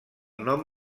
nom